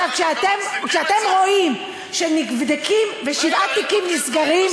עכשיו כשאתם רואים שנבדקים, ושבעה תיקים נסגרים,